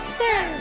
sir